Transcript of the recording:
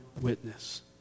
witness